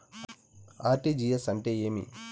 RTGS అంటే ఏమి?